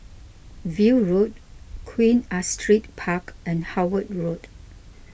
View Road Queen Astrid Park and Howard Road